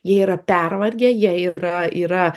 jie yra pervargę jie yra yra